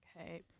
okay